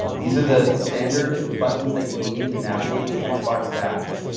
um these are the standard buttons that you need to navigate the xbox dash.